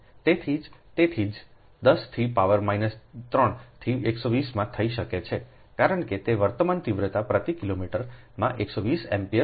તેથી તેથી જ 10 થી પાવર માઈનસ 3 થી 120 માં થઈ શકે છે કારણ કે વર્તમાન તીવ્રતા પ્રતિ કિલોમીટરમાં 120 એમ્પીયર વોલ્ટ છે